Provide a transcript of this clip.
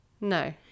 No